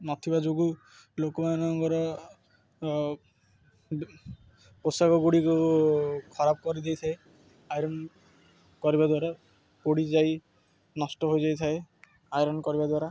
ନଥିବା ଯୋଗୁଁ ଲୋକମାନଙ୍କର ପୋଷାକ ଗୁଡ଼ିକୁ ଖରାପ କରିଦେଇଥାଏ ଆଇରନ୍ କରିବା ଦ୍ୱାରା ପୋଡ଼ି ଯାଇ ନଷ୍ଟ ହୋଇଯାଇଥାଏ ଆଇରନ୍ କରିବା ଦ୍ୱାରା